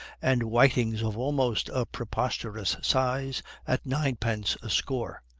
and whitings of almost a preposterous size at ninepence a score.